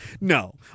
No